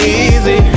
easy